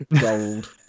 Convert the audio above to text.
gold